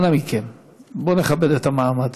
אנא מכם, בואו נכבד את המעמד.